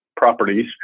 properties